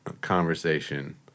conversation